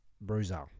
Bruiser